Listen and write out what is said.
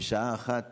בשעה אחת